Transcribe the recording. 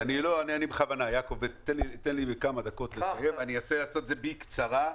תן לי כמה דקות לסיים, אנסה לעשות את זה בקצרה.